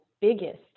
biggest